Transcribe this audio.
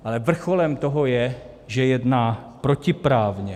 Ale vrcholem toho je, že jedná protiprávně.